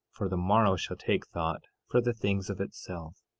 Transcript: for the morrow shall take thought for the things of itself.